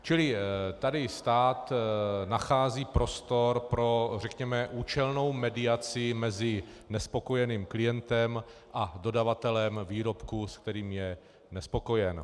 Čili tady stát nachází prostor pro řekněme účelnou mediaci mezi nespokojeným klientem a dodavatelem výrobku, se kterým je nespokojen.